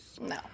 No